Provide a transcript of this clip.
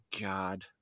God